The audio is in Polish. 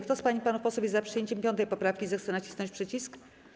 Kto z pań i panów posłów jest za przyjęciem 5. poprawki, zechce nacisnąć przycisk.